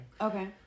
okay